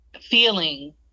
feeling